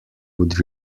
would